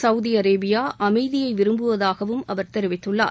Saudi Arabia அமைதியை விரும்புவதாகவும் அவர் தெரிவித்துள்ளார்